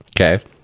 Okay